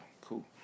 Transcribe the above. Cool